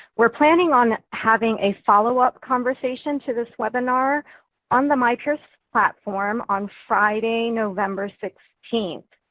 we're planning on having a follow-up conversation to this webinar on the mypeers platform on friday, november sixteenth.